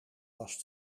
was